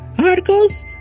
articles